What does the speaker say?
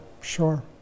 sure